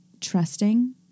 trusting